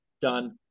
done